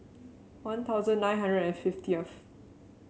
One Thousand nine hundred and fiftieth